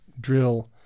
drill